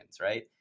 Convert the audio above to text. right